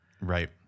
Right